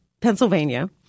Pennsylvania